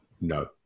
no